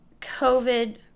COVID